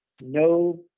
no